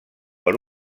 per